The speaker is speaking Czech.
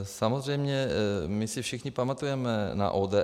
Samozřejmě my si všichni pamatujeme na ODS.